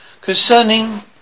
concerning